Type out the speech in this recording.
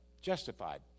justified